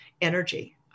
energy